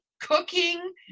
cooking